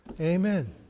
amen